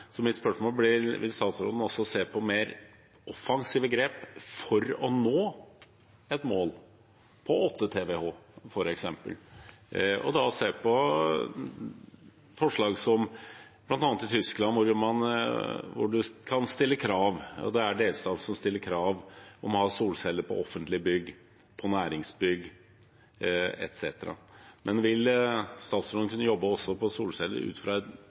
Så mitt spørsmål blir: Vil statsråden også se på mer offensive grep for å nå et mål på f.eks. 8 TWh, og da se på forslag som bl.a. det man har i Tyskland, hvor man kan stille krav, og det er delstater som stiller krav, om å ha solceller på offentlige bygg, på næringsbygg etc.? Vil statsråden kunne jobbe også